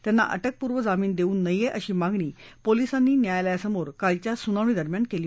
त्यांना अटकपूर्व जामिन देऊ नये अशी मागणी पोलिसांनी न्यायालयासमोर कालच्या सुनावणी दरम्यान केली